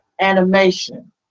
animation